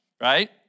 right